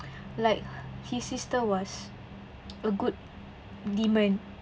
like his sister was a good demon